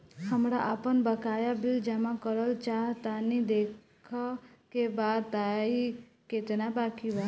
हमरा आपन बाकया बिल जमा करल चाह तनि देखऽ के बा ताई केतना बाकि बा?